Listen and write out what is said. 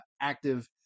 active